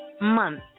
month